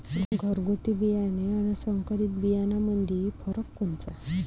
घरगुती बियाणे अन संकरीत बियाणामंदी फरक कोनचा?